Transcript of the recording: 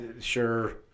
sure